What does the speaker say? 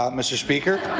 um mr. speaker,